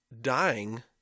dying